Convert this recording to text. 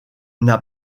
n’a